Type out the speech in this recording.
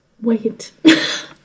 Wait